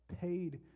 paid